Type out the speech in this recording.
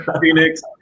Phoenix –